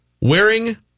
wearing